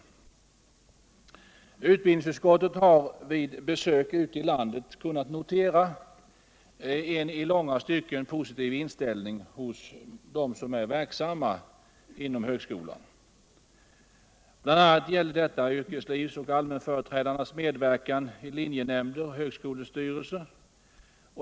103 Utbildningsutskottet har vid besök ute i landet kunnat notera en i långa stycken positiv inställning hos dem som är verksamma inom högskolan. Bl. a. gäller detta yrkeslivs och allmänföreträdarnas medverkan i linjenämnder och högskolestyrelser.